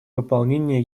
выполнения